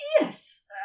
Yes